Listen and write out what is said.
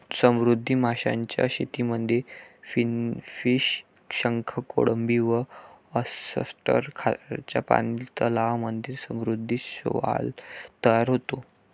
समुद्री माशांच्या शेतीमध्ये फिनफिश, शंख, कोळंबी व ऑयस्टर, खाऱ्या पानी तलावांमध्ये समुद्री शैवाल तयार होते